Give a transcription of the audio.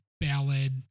ballad